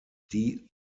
die